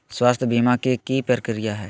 स्वास्थ बीमा के की प्रक्रिया है?